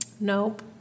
nope